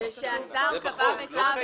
זה לא קיים.